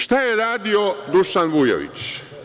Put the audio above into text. Šta je radio Dušan Vujović?